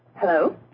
Hello